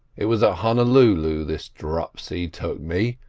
it was at honolulu this dropsy took me,